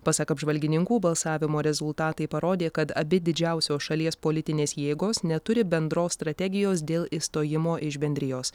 pasak apžvalgininkų balsavimo rezultatai parodė kad abi didžiausios šalies politinės jėgos neturi bendros strategijos dėl išstojimo iš bendrijos